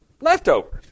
Leftovers